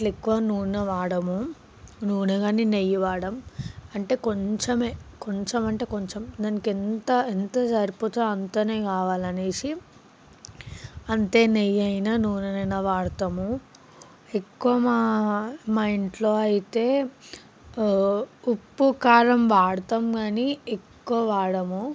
అట్లా ఎక్కువ నూనె వాడము నూనె కాని నెయ్యి వాడము అంటే కొంచమే కొంచెం అంటే కొంచెం దానికి ఎంత ఎంత సరిపోతుందో అంతనే కావాలి అనేసి అంతే నెయ్యి అయినా నూనె అయినా వాడుతాము ఎక్కువ మా మా ఇంట్లో అయితే ఉప్పు కారం వాడతాం కానీ ఎక్కువ వాడము